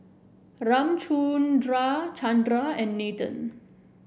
Ramchundra Chandra and Nathan